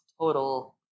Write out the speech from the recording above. total